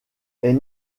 est